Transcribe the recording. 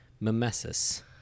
mimesis